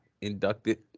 inducted